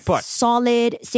solid